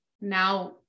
now